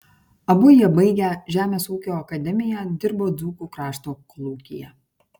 abu jie baigę žemės ūkio akademiją dirbo dzūkų krašto kolūkyje